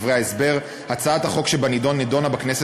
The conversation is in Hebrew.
דברי ההסבר: הצעת החוק שבנדון נדונה בכנסת